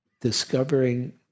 Discovering